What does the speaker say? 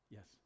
Yes